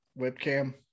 webcam